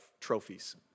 trophies